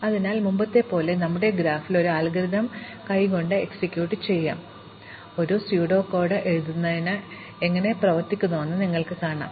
അതിനാൽ മുമ്പത്തെപ്പോലെ ഞങ്ങളുടെ ഗ്രാഫിൽ ഈ അൽഗോരിതം കൈകൊണ്ട് എക്സിക്യൂട്ട് ചെയ്യാം ഞങ്ങൾ കപട കോഡ് എഴുതുന്നതിനുമുമ്പ് ഇത് എങ്ങനെ പ്രവർത്തിക്കുന്നുവെന്ന് നിങ്ങൾ കാണും